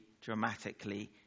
dramatically